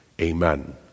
Amen